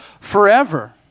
forever